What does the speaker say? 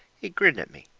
he grinned at me,